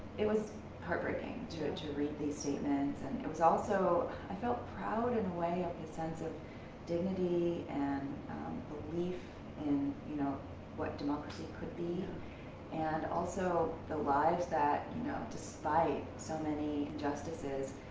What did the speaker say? it was heartbreaking to to read these statements. and it was also, i felt proud in a way, of the sense of dignity and belief in you know what democracy could be and also the lives, that you know despite so many injustices,